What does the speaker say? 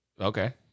Okay